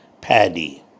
paddy